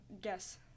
guess